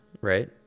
right